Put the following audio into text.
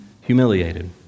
humiliated